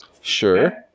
Sure